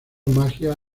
magia